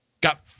got